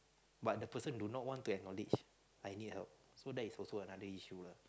but the person do not want to acknowledge I need help so that is also another issue lah